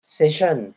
session